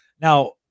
now